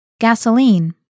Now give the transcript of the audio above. Gasoline